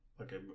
Okay